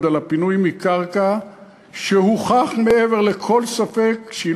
אני מבקש ממך לאפשר לו